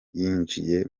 yinjiye